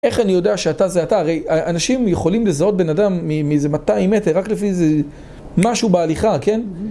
איך אני יודע שאתה זה אתה? הרי אנשים יכולים לזהות בן אדם מאיזה 200 מטר רק לפי איזה משהו בהליכה, כן?